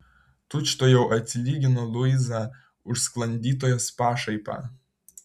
tučtuojau atsilygino luiza už sklandytojos pašaipą